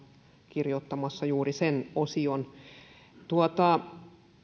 kirjoittamassa juuri sen osion